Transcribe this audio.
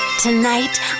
Tonight